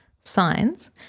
signs